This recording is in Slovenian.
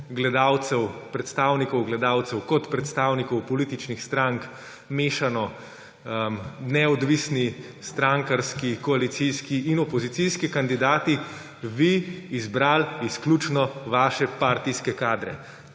tako predstavnikov gledalcev kot predstavnikov političnih strank mešano neodvisni, strankarski, koalicijski in opozicijski kandidati, vi izbrali izključno vaše partijske kadre.